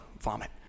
Vomit